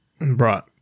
Right